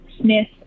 Smith